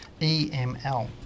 EML